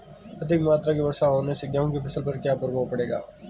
अधिक मात्रा की वर्षा होने से गेहूँ की फसल पर क्या प्रभाव पड़ेगा?